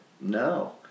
No